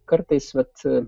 kartais vat